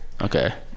okay